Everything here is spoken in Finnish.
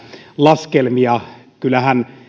laskelmia kyllähän